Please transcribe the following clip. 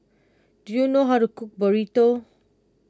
do you know how to cook Burrito